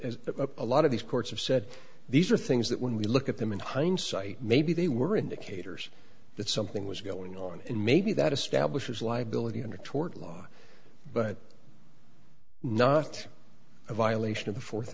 as a lot of these courts have said these are things that when we look at them in hindsight maybe they were indicators that something was going on and maybe that establishes liability under tort law but not a violation of the fourth